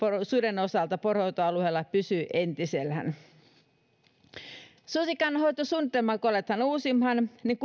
suden osalta poronhoitoalueella pysyy entisellään kun susikannan hoitosuunnitelmaa aletaan uusimaan niin